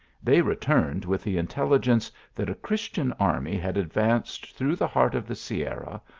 they returned with the intelligence that a chris tian army had advanced through the heart of the sierra,